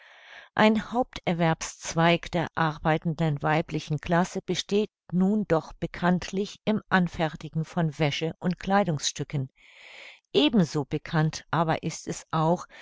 ein haupterwerbszweig der arbeitenden weiblichen klasse besteht nun doch bekanntlich im anfertigen von wäsche und kleidungsstücken eben so bekannt aber ist es auch